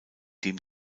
dem